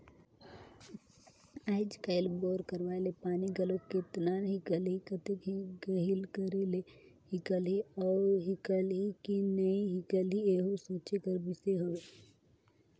आएज काएल बोर करवाए ले पानी घलो केतना हिकलही, कतेक गहिल करे ले हिकलही अउ हिकलही कि नी हिकलही एहू सोचे कर बिसे हवे